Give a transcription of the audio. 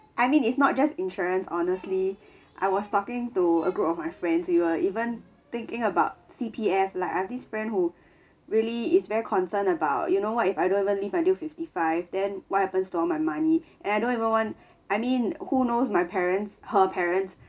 I mean it's not just insurance honestly I was talking to a group of my friends we were even thinking about C_P_F like this friend who really is very concerned about you know what if I don't even live until fifty five then what happens to all my money and I don't even want I mean who knows my parents her parents